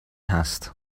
هست